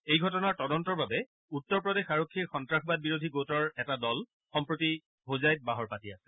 এই ঘটনাৰ তদন্তৰ বাবে উত্তৰ প্ৰদেশ আৰক্ষীৰ সম্ভাসবাদ বিৰোধী গোটৰ এটা দল সম্প্ৰতি হোজাইত বাহৰ পাতি আছে